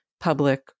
public